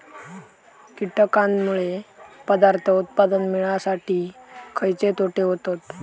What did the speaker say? कीटकांनमुळे पदार्थ उत्पादन मिळासाठी खयचे तोटे होतत?